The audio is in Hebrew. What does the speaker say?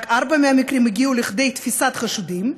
רק ארבעה מהמקרים הגיעו לכדי תפיסת חשודים.